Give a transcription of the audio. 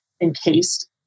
encased